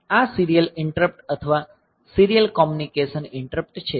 આ serial interrupt અથવા serial communication interrupt છે